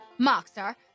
Mockstar